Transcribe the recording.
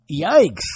yikes